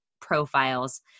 profiles